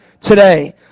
today